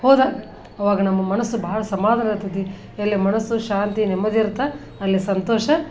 ಹೋದಾಗ ಅವಾಗ ನಮ್ಮ ಮನಸ್ಸು ಬಹಳ ಸಮಾಧಾನ ಇರ್ತದೆ ಎಲ್ಲಿ ಮನಸ್ಸು ಶಾಂತಿ ನೆಮ್ಮದಿ ಇರುತ್ತೆ ಅಲ್ಲಿ ಸಂತೋಷ